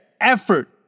Effort